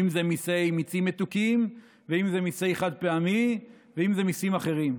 אם זה מיסי מיצים מתוקים ואם זה מיסי חד-פעמי ואם זה מיסים אחרים.